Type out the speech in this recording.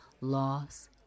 Loss